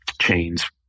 chains